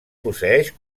posseeix